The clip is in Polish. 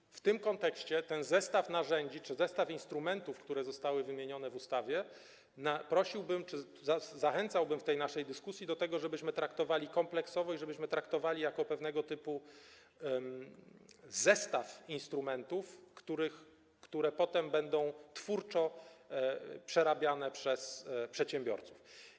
I w tym kontekście, jeżeli chodzi o ten zestaw narzędzi czy zestaw instrumentów, które zostały wymienione w ustawie, prosiłbym czy zachęcałbym w tej naszej dyskusji do tego, żebyśmy traktowali to kompleksowo i żebyśmy traktowali to jako pewnego typu zestaw instrumentów, które potem będą twórczo przerabiane przez przedsiębiorców.